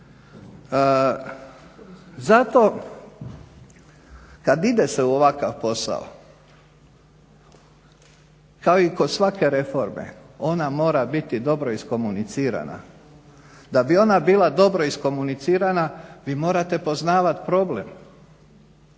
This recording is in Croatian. Zato kad ide se u ovakav posao kao i kod svake reforme ona mora biti dobro iskomunicirana. Da bi ona bila dobro iskomunicirana vi morate poznavati problem,